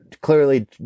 clearly